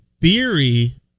theory